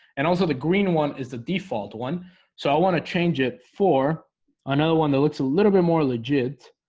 and also the green one is the default one so i want to change it for another one that looks a little bit more legit